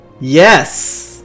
Yes